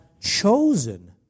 chosen